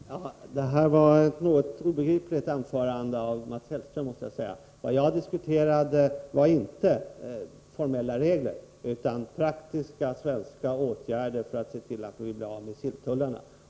Herr talman! Det här var ett något obegripligt inlägg av Mats Hellström, måste jag säga. Vad jag diskuterade var inte formella regler utan praktiska svenska åtgärder för att se till att vi blir av med silltullarna.